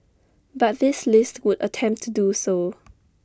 but this list would attempt to do so